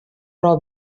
راه